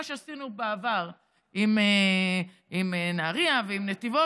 מה שעשינו בעבר עם נהריה ועם נתיבות,